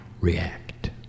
react